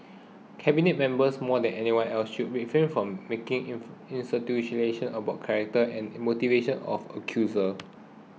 cabinet members more than anyone else should refrain from making insinuation about the character and motivation of the accuser